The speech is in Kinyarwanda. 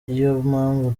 mpamvu